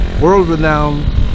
world-renowned